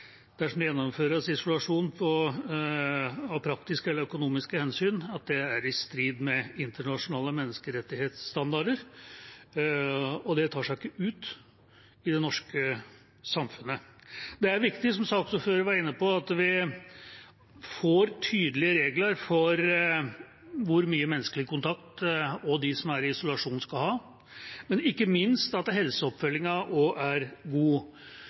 Dersom det gjennomføres isolasjon av praktiske eller økonomiske hensyn, er det i strid med internasjonale menneskerettighetsstandarder, og det tar seg ikke ut i det norske samfunnet. Det er viktig, som saksordføreren var inne på, at vi får tydelige regler for hvor mye menneskelig kontakt også de som er i isolasjon, skal ha, men ikke minst at helseoppfølgingen også er god.